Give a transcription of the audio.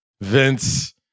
Vince